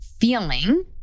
feeling